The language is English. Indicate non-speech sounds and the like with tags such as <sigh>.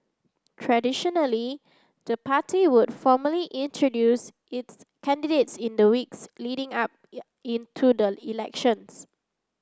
traditionally the party would formally introduce its candidates in the weeks leading up <unintelligible> into the elections